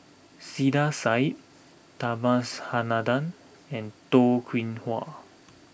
Saiedah Said Subhas Anandan and Toh Kim Hwa